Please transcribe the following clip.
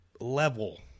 level